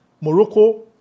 Morocco